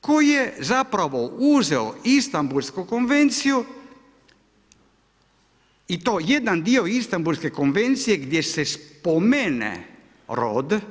koji je zapravo uzeo Istambulsku konvenciju i to jedan dio Istambulske konvencije se spomene rod.